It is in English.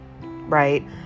right